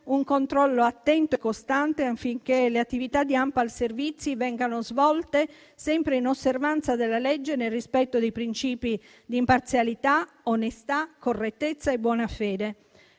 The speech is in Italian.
un controllo attento e costante affinché le attività di ANPAL Servizi SpA vengano svolte sempre in osservanza della legge, nel rispetto dei princìpi di imparzialità, onestà, correttezza e buona fede.